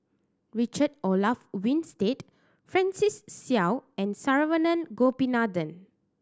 Richard Olaf Winstedt Francis Seow and Saravanan Gopinathan